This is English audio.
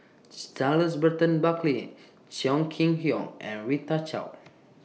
Charles Burton Buckley Chong Kee Hiong and Rita Chao